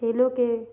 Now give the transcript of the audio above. खेलों के